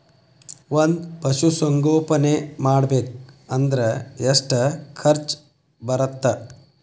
ಒಂದ್ ಪಶುಸಂಗೋಪನೆ ಮಾಡ್ಬೇಕ್ ಅಂದ್ರ ಎಷ್ಟ ಖರ್ಚ್ ಬರತ್ತ?